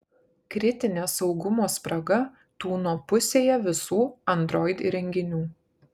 kritinė saugumo spraga tūno pusėje visų android įrenginių